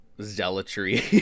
zealotry